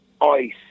ice